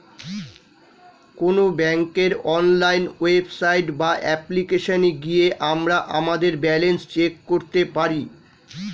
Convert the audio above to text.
কোনো ব্যাঙ্কের online website বা অ্যাপ্লিকেশনে গিয়ে আমরা আমাদের ব্যালেন্স চেক করতে পারি